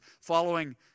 following